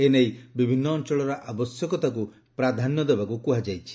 ଏ ନେଇ ବିଭିନ୍ନ ଅଞ୍ଚଳର ଆବଶ୍ୟକତାକୁ ପ୍ରାଧାନ୍ୟ ଦେବାକୁ କୁହାଯାଇଛି